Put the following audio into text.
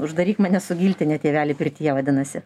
uždaryk mane su giltine tėveli pirtyje vadinasi